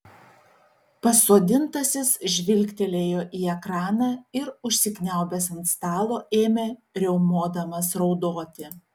pasodintasis žvilgtelėjo į ekraną ir užsikniaubęs ant stalo ėmė riaumodamas raudoti